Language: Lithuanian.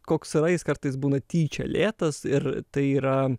koks yra jis kartais būna tyčia lėtas ir tai yra